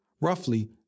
roughly